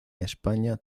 españa